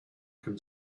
can